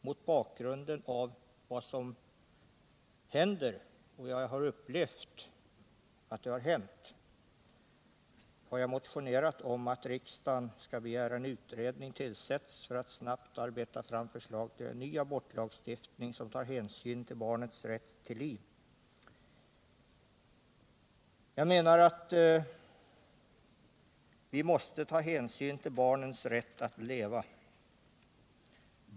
Mot bakgrund av vad som händer och vad jag har tagit del av i det här avseendet har jag i år motionerat om att riksdagen hos regeringen skall begära att en utredning tillsätts för att snabbt arbeta fram förslag till en ny abortlagstiftning som tar hänsyn till barnets rätt till liv. Jag menar att vi måste ta hänsyn till barnets rätt att leva.